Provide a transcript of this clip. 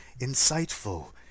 insightful